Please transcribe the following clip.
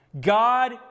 God